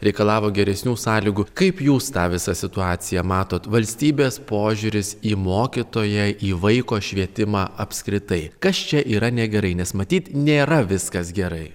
reikalavo geresnių sąlygų kaip jūs tą visą situaciją matot valstybės požiūris į mokytoją į vaiko švietimą apskritai kas čia yra negerai nes matyt nėra viskas gerai